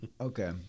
okay